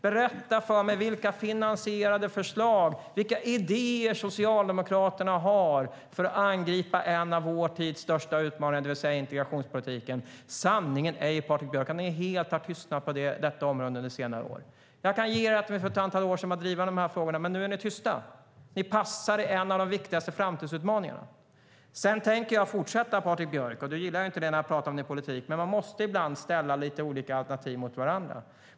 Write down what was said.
Berätta vilka finansierade förslag och vilka idéer Socialdemokraterna har för att angripa en av vår tids största utmaningar, det vill säga integrationspolitiken. Sanningen är ju att ni helt har tystnat på detta område under senare år. Jag kan medge att ni för ett antal år sedan var drivande i de här frågorna, men nu är ni tysta. Ni passar när det gäller en av de viktigaste framtidsutmaningarna. Du gillar inte när jag pratar om din politik, Patrik Björck, men man måste ibland ställa lite olika alternativ mot varandra.